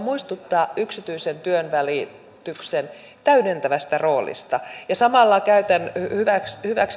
on aivan järkyttävää kuulla tässä salissa tämmöisiä syytöksiä